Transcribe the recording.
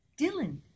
Dylan